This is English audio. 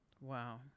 Wow